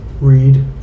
Read